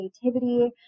creativity